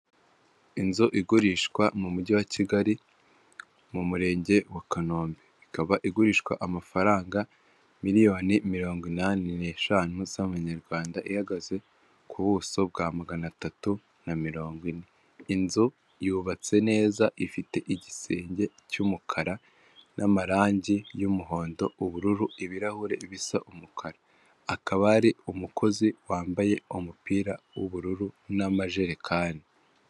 Inzu igurishwa mu mujyi wa kigali, mu murenge wa Kanombe ikaba igurishwa amafaranga miliyoni mirongo inani n'eshanu z'amanyarwanda ihagaze ku buso bwa magana atatu na mirongo ine inzu yubatse neza ifite igisenge cy'umukara n'amarangi y'umuhondo, ubururu, ibirahure bisa umukara akaba ari umukozi wambaye umupira w'ubururu n'amajerekani.